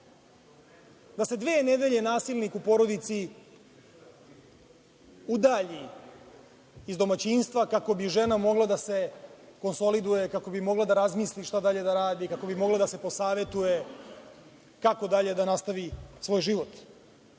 da se dve nedelje nasilnik u porodici udalji iz domaćinstva kako bi žena mogla da se konsoliduje, kako bi mogla da razmisli šta danje da radi, kako bi mogla da se posavetuje kako dalje da nastavi svoj život. Dragan